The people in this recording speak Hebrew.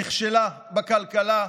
נכשלה בכלכלה,